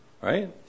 right